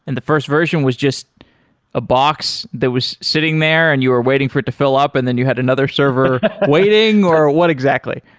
and the first version was just a box that was sitting there and you were waiting for to fill up, and then you had another server waiting, or what exactly?